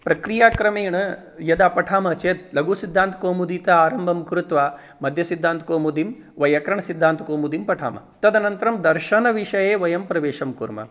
प्रक्रियाक्रमेण यदा पठामः चेत् लघुसिद्धान्तकौमुदीतः आरम्भं कृत्वा मध्यसिद्धान्तकौमुदीं व्याकरणसिद्धान्तकौमुदीं पठामः तदनन्तरं दर्शनविषये वयं प्रवेशं कुर्मः